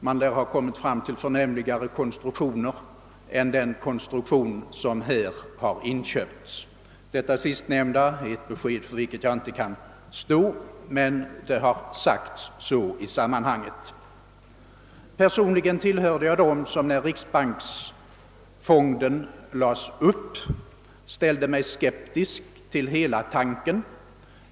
Man lär ha kommit fram till förnämligare konstruktioner än den som här har inköpts. Detta sistnämnda är ett besked som jag inte kan stå för, men det har sagts så i sammanhanget. Personligen tillhörde jag dem som när riksbankens jubileumsfond lades upp ställde sig skeptiska till hela tanken.